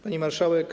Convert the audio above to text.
Pani Marszałek!